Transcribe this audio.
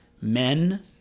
men